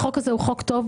החוק הזה הוא חוק טוב,